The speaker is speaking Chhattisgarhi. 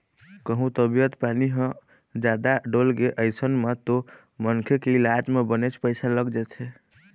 कहूँ तबीयत पानी ह जादा डोलगे अइसन म तो मनखे के इलाज म बनेच पइसा लग जाथे